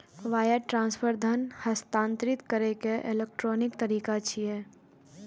wire transfer धन हस्तांतरित करै के इलेक्ट्रॉनिक तरीका छियै